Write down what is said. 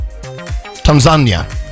Tanzania